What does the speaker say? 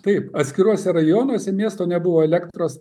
taip atskiruose rajonuose miesto nebuvo elektros